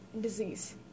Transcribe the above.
disease